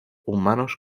humanos